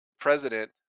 President